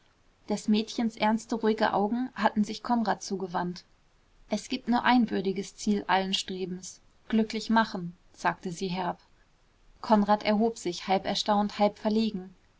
des mädchens ernste ruhige augen hatten sich konrad zugewandt es gibt nur ein würdiges ziel allen strebens glücklich machen sagte sie herb konrad erhob sich halb erstaunt halb verlegen